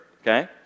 Okay